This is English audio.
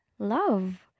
love